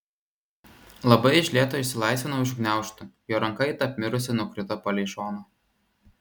labai iš lėto išsilaisvinau iš gniaužtų jo ranka it apmirusi nukrito palei šoną